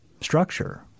structure